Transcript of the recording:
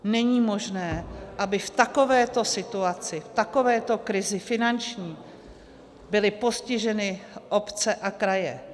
Není možné, aby v takovéto situaci, v takovéto krizi finanční, byly postiženy obce a kraje.